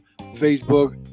Facebook